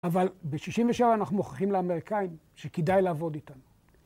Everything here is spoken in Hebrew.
‫אבל ב-67' אנחנו מוכיחים לאמריקאים ‫שכדאי לעבוד איתנו.